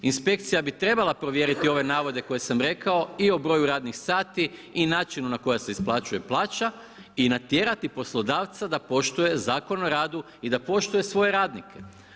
Inspekcija bi trebala provjeriti ove navode koje sam rekao i o broju radnih sati i načinu na koji se isplaćuje plaća i natjerati poslodavca da poštuje Zakon o radu i da poštuje svoje radnike.